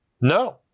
No